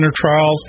trials